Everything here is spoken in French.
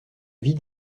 vie